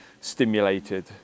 stimulated